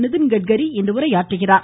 நிதின்கட்கரி இன்று உரையாற்றுகிறார்